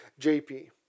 JP